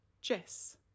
Jess